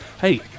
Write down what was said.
Hey